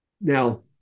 Now